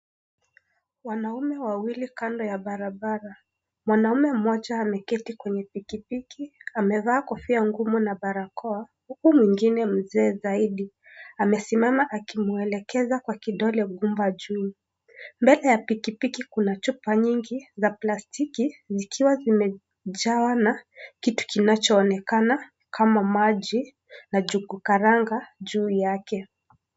Wanaume wawili kando ya barabara mwanaume moja ameketi kwenye pikipiki amevaa kofia ngumu na barakoa, huku mwingine mzee zaidi amesimama akimwelekeza kwa kidole cha gumba juu, mbele ya pikipiki kuna chupa nyingi za plastiki zikiwa zimejawa na kitu kinaonekana kama maji na njugu karanga juu yake.